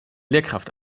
lehrkraft